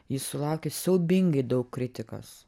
jis sulaukė siaubingai daug kritikos